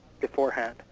beforehand